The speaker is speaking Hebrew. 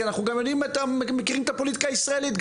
כי אנחנו מכירים גם את הפוליטיקה הישראלית,